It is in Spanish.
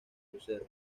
crucero